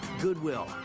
Goodwill